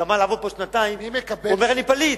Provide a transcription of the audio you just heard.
גמר לעבוד פה שנתיים ואומר: אני פליט.